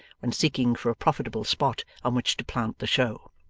when seeking for a profitable spot on which to plant the show.